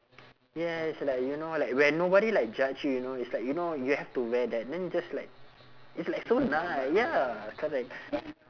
yes like you know like when nobody like judge you know it's like you know you have to wear that then just like it's like so nice ya correct